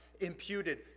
imputed